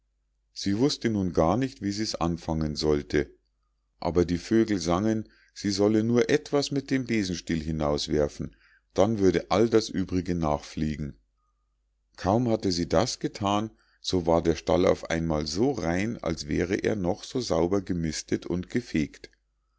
sie wußte nun gar nicht wie sie's anfangen sollte aber die vögel sangen sie solle nur etwas mit dem besenstiel hinauswerfen dann würde all das übrige nachfliegen kaum hatte sie das gethan so war der stall auf einmal so rein als wäre er noch so sauber gemistet und gefegt